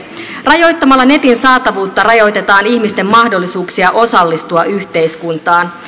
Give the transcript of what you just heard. rajoittamalla netin saatavuutta rajoitetaan ihmisten mahdollisuuksia osallistua yhteiskuntaan